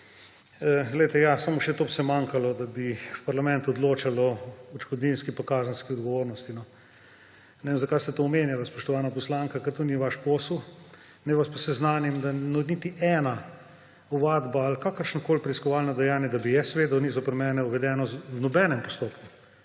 predsedujoči. Ja, samo še tega bi manjkalo, da bi parlament odločal o odškodninski in kazenski odgovornosti, no. Ne vem, zakaj ste to omenjali, spoštovana poslanka, ker to ni vaš posel. Naj vas pa seznanim, da ni niti ena ovadba ali kakršnokoli preiskovalno dejanje, da bi jaz vedel, zoper mene uvedeno v nobenem postopku.